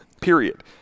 period